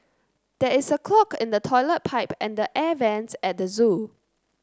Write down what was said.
there is a clog in the toilet pipe and the air vents at the zoo